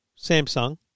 Samsung